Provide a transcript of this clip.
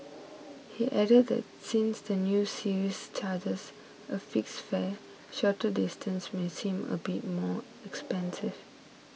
he added that since the new service charges a fixed fare shorter distances may seem a bit more expensive